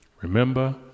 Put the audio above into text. remember